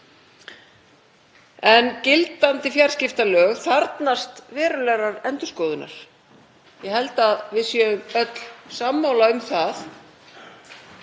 Gildandi fjarskiptalög þarfnast verulegrar endurskoðunar, ég held að við séum öll sammála um það.